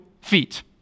feet